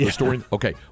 Okay